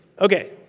Okay